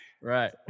Right